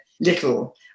little